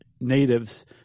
natives